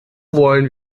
wollen